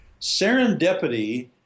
serendipity